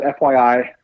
FYI